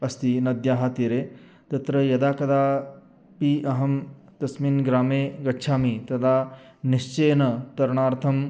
अस्ति नद्याः तीरे तत्र यदा कदापि अहं तस्मिन् ग्रामे गच्छामि तदा निश्चयेन तरणार्थम्